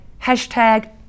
hashtag